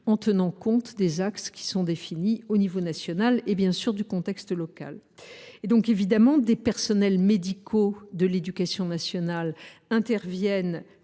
en tenant compte des axes définis à l’échelon national et, bien sûr, du contexte local. Bien évidemment, des personnels médicaux de l’éducation nationale interviennent